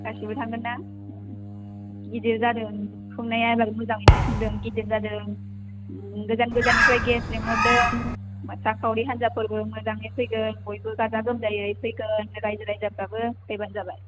गासैबो थांगोनदां गिदिर जादों खुंनाया एबार मोजाङैनो खुंदों गिदिर जादों गोजान गोजाननिफ्राय गेस्ट लिंहरदों मोसाखावरि हान्जाफोरबो गोजाननि फैगोन बयबो गाजा गोमजायै फैगोन राइजो राजाफ्राबो फैबानो जाबाय